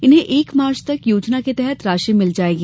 इन्हें एक मार्च तक योजना के तहत राशि मिल जायेगी